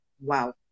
wow